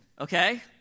okay